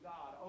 God